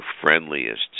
friendliest